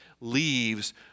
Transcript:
leaves